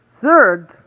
Third